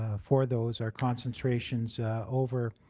ah for those are concentrations over